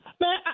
Man